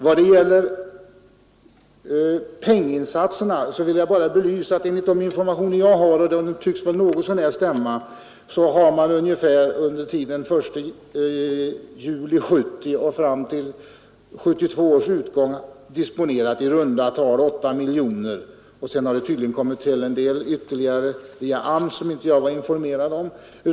Vad gäller insatserna av pengar vill jag bara belysa att man — enligt de informationer som jag har fått, som tycks stämma något så när — under tiden från 1 juli 1970 fram till utgången av 1972 har disponerat i runt tal 8 miljoner kronor. Sedan har tydligen tillkommit ytterligare en del via AMS, som jag inte var informerad om.